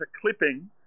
clipping